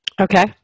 Okay